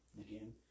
Again